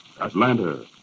Atlanta